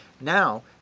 Now